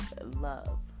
love